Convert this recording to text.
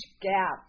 gap